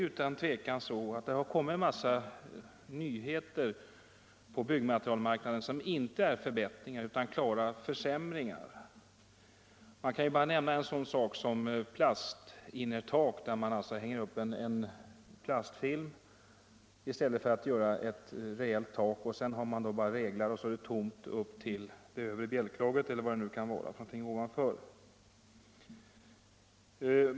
Utan tvivel har det kommit en massa nyheter på byggmaterialmarknaden som inte är förbättringar utan klara försämringar. Jag kan bara nämna en sådan sak som plastinnertak. Man hänger upp en plastfilm i stället för att göra ett rejält tak, man har bara reglar och sedan är det tomt upp till övre bjälklaget eller vad det kan vara för någonting ovanför.